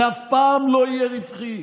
זה אף פעם לא יהיה רווחי,